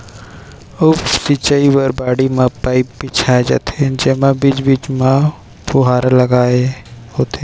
उप सिंचई बर बाड़ी म पाइप बिछाए जाथे जेमा बीच बीच म फुहारा लगे होथे